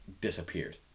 disappeared